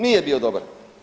Nije bio dobar.